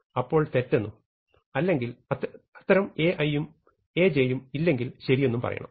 അപ്പോൾ തെറ്റെന്നും അത്തരം Ai ഉം Aj ഉം ഇല്ലെങ്കിൽ ശരിയെന്നും പറയണം